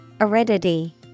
aridity